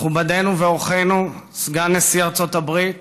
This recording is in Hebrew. מכובדנו ואורחנו סגן נשיא ארצות הברית